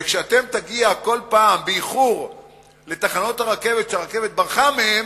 וכשתגיעו כל פעם באיחור לתחנות הרכבת שהרכבת ברחה מהן,